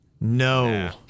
No